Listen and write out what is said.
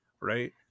right